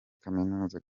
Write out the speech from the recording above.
kaminuza